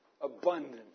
abundance